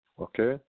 Okay